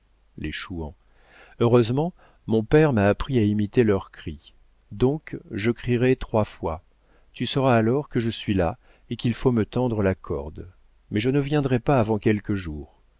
les chouans heureusement mon père m'a appris à imiter leur cri donc je crierai trois fois tu sauras alors que je suis là et qu'il faut me tendre la corde mais je ne viendrai pas avant quelques jours